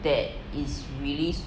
that is really